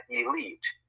elite